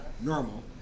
normal